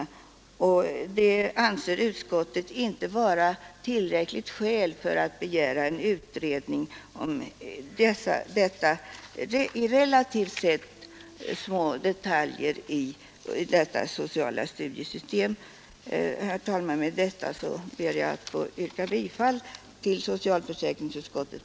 Utskottet anser det inte vara tillräckligt skäl för att begära en utredning av dessa relativt sett små detaljer i det studiesociala systemet. Herr talman! Med detta ber jag få yrka bifall till socialförsäkrings